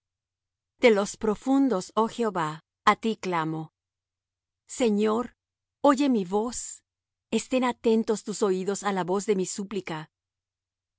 de los profundos oh jehová á ti clamo señor oye mi voz estén atentos tus oídos a la voz de mi súplica